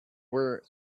were